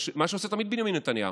מה שתמיד עושה בנימין נתניהו.